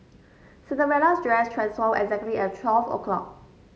Cinderella's dress transformed exactly at twelve o' clock